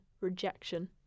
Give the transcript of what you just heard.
rejection